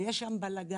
ויש שם בלגן.